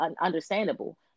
understandable